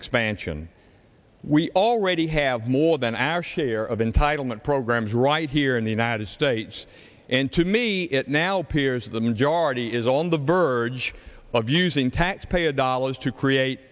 expansion we already have more than our share of entitlement programs right here in the united states and to me it now appears the majority is on the verge of using taxpayer dollars to create